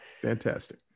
Fantastic